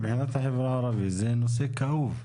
מבחינת החברה הערבית זה נושא כאוב מאוד.